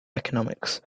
economics